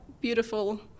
beautiful